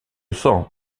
sang